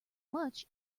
much